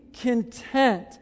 content